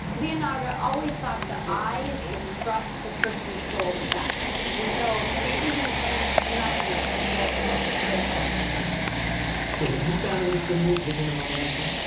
leonardo always thought the eyes expressed the person's soul the best, and so maybe he was sending us a message to say, look very closely. rolle so have you found any symbols hidden in the mona lisa?